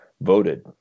voted